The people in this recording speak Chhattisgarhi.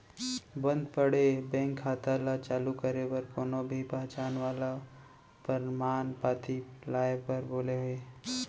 बंद पड़े बेंक खाता ल चालू करे बर कोनो भी पहचान वाला परमान पाती लाए बर बोले हे